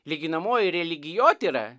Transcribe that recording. lyginamoji religijotyra